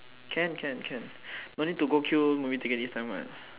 can can can but need to go queue for me to get this time right